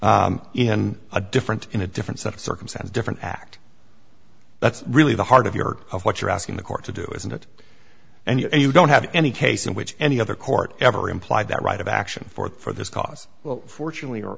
action in a different in a different set of circumstances different act that's really the heart of your of what you're asking the court to do isn't it and you don't have any case in which any other court ever implied that right of action for this cause well fortunately or